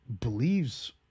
Believes